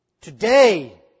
today